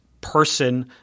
person